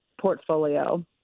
portfolio